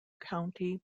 county